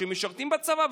שמשרתים בצבא,